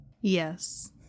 Yes